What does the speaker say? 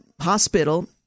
hospital